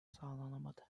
sağlanamadı